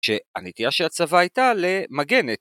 ‫שהנטייה של הצבא הייתה למגן את.